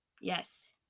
Yes